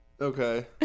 okay